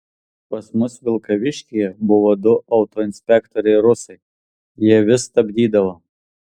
pas mus vilkaviškyje buvo du autoinspektoriai rusai jie vis stabdydavo